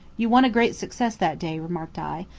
you won a great success that day, remarked i.